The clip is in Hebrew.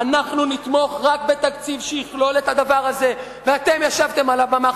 "אנחנו נתמוך רק בתקציב שיכלול את הדבר הזה" ואתן ישבתם על הבמה,